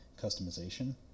customization